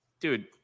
dude